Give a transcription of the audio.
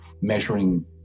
measuring